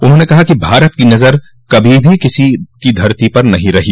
उन्होंने कहा कि भारत की नजर कभी भी किसी की धरती पर नहीं रही